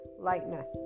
lightness